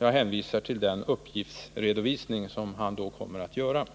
Jag hänvisar till den uppgiftsredovisning som han då kommer att göra.